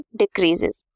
decreases